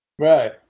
Right